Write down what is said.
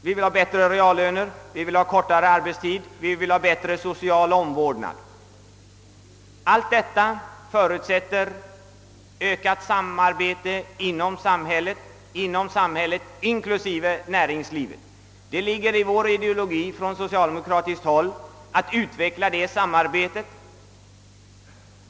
Vi vill ha bättre reallöner, vi vill ha kortare arbetstid och vi vill ha bättre social omvårdnad. Allt detta förutsätter ökat samarbete inom samhället inklusive näringslivet. Det ligger i den socialdemokratiska ideologien att utveckla det samarbetet.